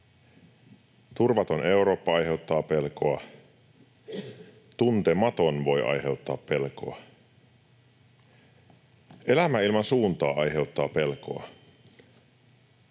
Turvaton Eurooppa aiheuttaa pelkoa. Tuntematon voi aiheuttaa pelkoa. Elämä ilman suuntaa aiheuttaa pelkoa.